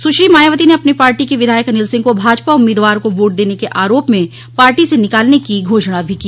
सुश्री मायावती ने अपनी पार्टी के विधायक अनिल सिंह को भाजपा उम्मीदवार को वोट देने के आरोप में पार्टी से निकालने की घोषणा भी की